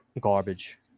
Garbage